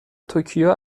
توکیو